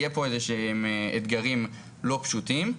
יהיו אתגרים לא פשוטים.